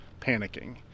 panicking